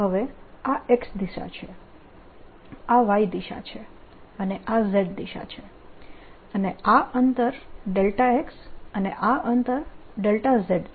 હવે આ X દિશા છે આ Y દિશા છે આ Z દિશા છે અને આ અંતર x અને આ અંતર z છે